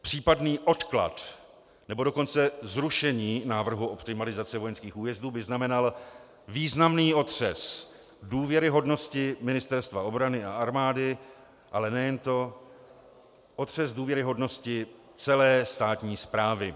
Případný odklad, nebo dokonce zrušení návrhu optimalizace vojenských újezdů by znamenaly významný otřes důvěryhodnosti Ministerstva obrany a armády, ale nejen to, otřes důvěryhodnosti celé státní správy.